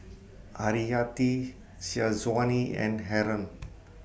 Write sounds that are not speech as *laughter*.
Haryati Syazwani and Haron *noise*